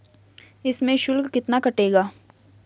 इसमें शुल्क कितना कटेगा?